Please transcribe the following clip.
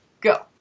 go